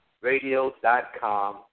Radio.com